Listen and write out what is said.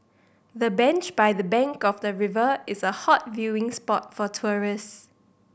the bench by the bank of the river is a hot viewing spot for tourists